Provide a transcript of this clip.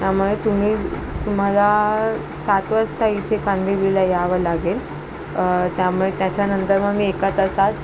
त्यामुळे तुम्ही तुम्हाला सात वाजता इथे कांदीवलीला यावं लागेल त्यामुळे त्याच्यानंतर मग मी एका तासात